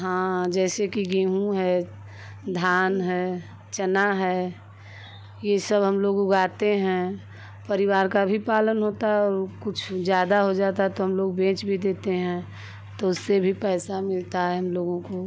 हाँ जैसे कि गेहूँ है धान है चना है ये सब हम लोग उगाते हैं परिवार का भी पालन होता है और कुछ ज्यादा हो जाता है तो हम लोग बेच भी देते हैं तो उससे भी पैसा मिलता है हम लोगों को